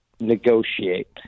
negotiate